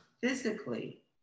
physically